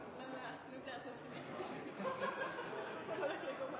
det er de